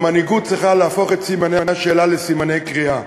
מנהיגות צריכה להפוך את סימני השאלה לסימני קריאה.